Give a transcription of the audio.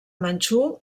manxú